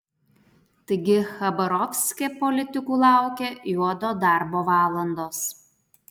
taigi chabarovske politikų laukia juodo darbo valandos